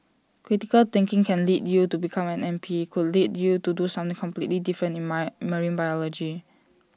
critical thinking can lead you to become an M P could lead you to do something completely different in my marine biology